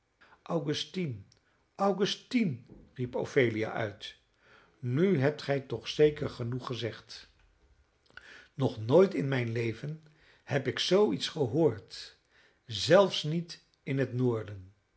augustine augustine riep ophelia uit nu hebt gij toch zeker genoeg gezegd nog nooit in mijn leven heb ik zoo iets gehoord zelfs niet in het noorden